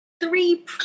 three